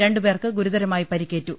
രണ്ടു പേർക്ക് ഗുരുതരമായി പരിക്കേറ്റു